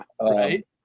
Right